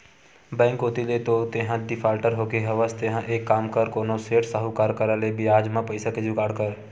bank कोती ले तो तेंहा डिफाल्टर होगे हवस तेंहा एक काम कर कोनो सेठ, साहुकार करा ले बियाज म पइसा के जुगाड़ कर